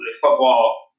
Football